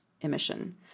emission